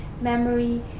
memory